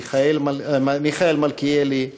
מיכאל מלכיאלי,